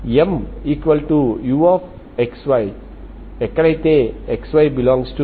M ∶ uxy ఎక్కడైతే xy∈B